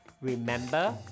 Remember